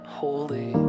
holy